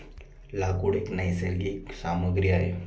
लाकूड एक नैसर्गिक सामग्री आहे